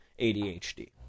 ADHD